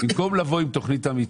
במקום לבוא עם תוכנית אמיתית.